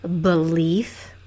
belief